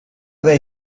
they